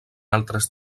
altres